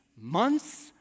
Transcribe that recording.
months